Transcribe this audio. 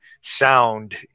sound